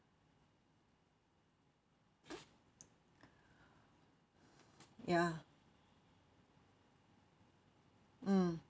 ya mm